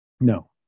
No